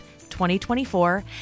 2024